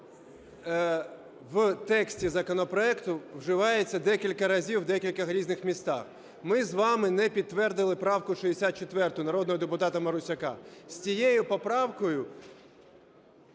в тексті законопроекту вживаються декілька разів в декількох різних містах. Ми з вами не підтвердили правку 64 народного депутата Марусяка. З цією поправкою